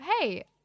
hey